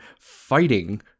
fighting